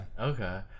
Okay